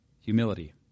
humility